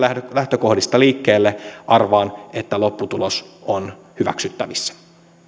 lähtökohdista liikkeelle arvaan että lopputulos on hyväksyttävissä